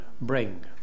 bring